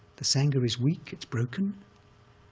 the sangha is weak. it's broken.